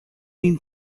need